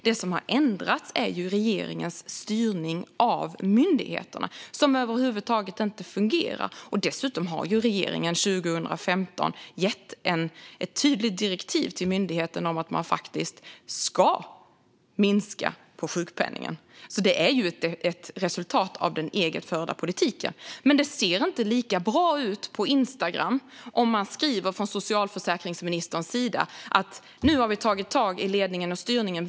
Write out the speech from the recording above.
Det som har ändrats är regeringens styrning av myndigheterna som över huvud taget inte fungerar. Dessutom gav regeringen ett tydligt direktiv till myndigheten 2015 om att man skulle minska sjukpenningen. Det här är alltså ett resultat av regeringens egen förda politik. Men det ser väl inte lika bra ut på Instagram om socialförsäkringsministern skulle skriva: "Nu har vi tagit tag i ledningen och styrningen.